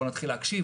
בוא נתחיל להקשיב.